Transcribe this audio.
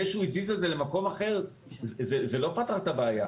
אם הוא הזיז את הרכב למקום אחר זה לא פתר את הבעיה.